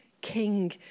king